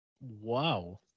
Wow